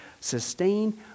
sustain